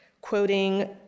Quoting